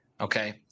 Okay